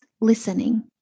listening